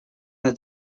that